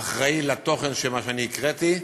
אחראי לתוכן של מה שאני הקראתי,